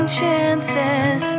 chances